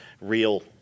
real